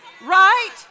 Right